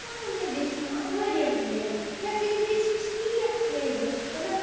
بیٚیہِ چھِ کھیٚوان واریاہ واریاہ کیازِ کہِ فرجِک چھِ تیٖتیاہ فٲیدٕ مطلب فرج ینہٕ پٮ۪ٹھ